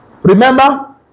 Remember